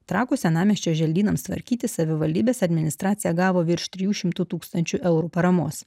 trakų senamiesčio želdynams tvarkyti savivaldybės administracija gavo virštrijų šimtų tūkstančių eurų paramos